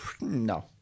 No